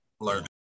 learn